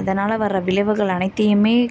அதனால் வர விளைவுகள் அனைத்தையும்